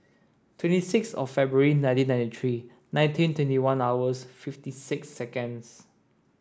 twenty six of February nineteen ninety three nineteen twenty one hours fifty six seconds